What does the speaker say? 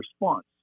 response